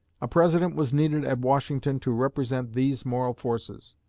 a president was needed at washington to represent these moral forces.